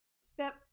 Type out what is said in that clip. step